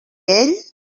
ell